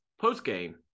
post-game